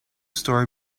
story